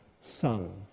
son